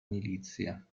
milizia